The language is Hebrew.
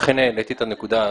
לכן העליתי את הנקודה.